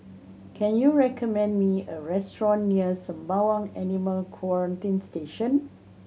can you recommend me a restaurant near Sembawang Animal Quarantine Station